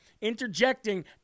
interjecting